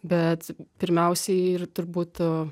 bet pirmiausiai ir turbūt